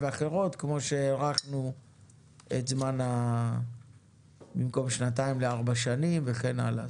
ואחרות כמו שהארכנו את הזמן במקום שנתיים לארבע שנים וכן הלאה.